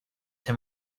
him